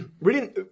reading